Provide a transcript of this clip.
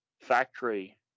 factory